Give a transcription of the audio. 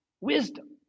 wisdom